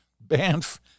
Banff